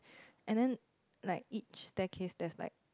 and then like each staircase there's like